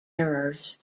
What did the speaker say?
errors